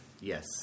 Yes